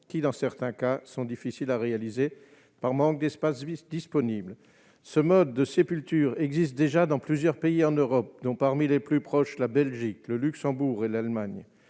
qui dans certains cas sont difficiles à réaliser par manque d'espace vice-disponible ce mode de sépulture existe déjà dans plusieurs pays en Europe, dont, parmi les plus proches, la Belgique, le Luxembourg et l'Allemagne,